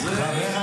אוכלוסיות שונות,